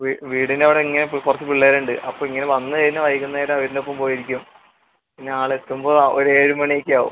വീടിൻ്റെ അവിടെ ഇങ്ങനെ കുറച്ച് പിള്ളേർ ഉണ്ട് അപ്പോൾ ഇങ്ങനെ വന്ന് കഴിഞ്ഞാൽ വൈകുന്നേരം അവരുടെ ഒപ്പം പോയിരിക്കും പിന്നെ ആള് എത്തുമ്പോൾ ഒരു ഏഴ് മണി ഒക്കെ ആവും